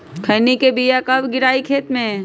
खैनी के बिया कब गिराइये खेत मे?